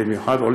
ובמיוחד עכשיו,